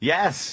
Yes